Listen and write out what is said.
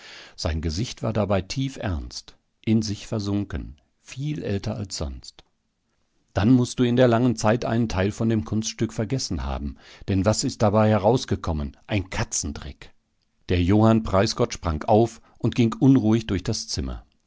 sein gesicht war dabei tiefernst in sich versunken viel älter als sonst dann mußt du in der langen zeit einen teil von dem kunststück vergessen haben denn was ist dabei herausgekommen ein katzendreck der johann preisgott sprang auf und ging unruhig durch das zimmer